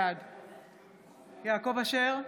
בעד יעקב אשר,